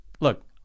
look